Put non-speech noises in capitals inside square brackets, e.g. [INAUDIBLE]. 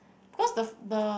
cause the [NOISE] the